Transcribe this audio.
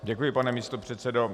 Děkuji, pane místopředsedo.